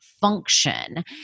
function